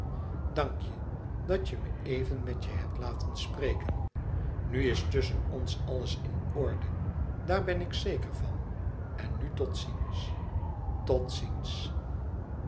dank je dat je me even met je hebt laten spreken nu is tusschen ons alles in orde daar ben ik zeker van en nu tot ziens tot ziens